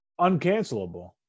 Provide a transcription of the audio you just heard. uncancelable